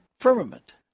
firmament